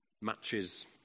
Matches